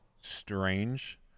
strange